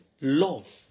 love